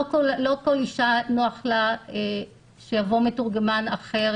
לא לכל אישה נוח שיבוא מתורגמן אחר.